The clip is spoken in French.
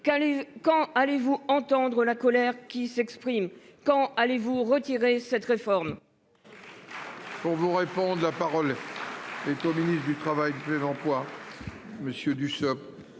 quand allez-vous entendre la colère qui s'exprime. Quand allez-vous retirer cette réforme. Pour vous répondre, la parole. Est au ministre du Travail plaide emploi. Monsieur Dussopt.